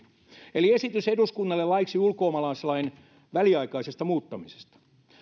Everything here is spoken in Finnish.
eli esitys eduskunnalle laiksi ulkomaalaislain väliaikaisesta muuttamisesta